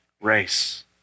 race